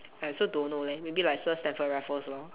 I also don't know leh maybe like sir Stamford Raffles lor